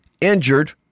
injured